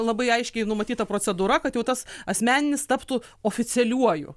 labai aiškiai numatyta procedūra kad jau tas asmeninis taptų oficialiuoju